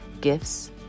gifts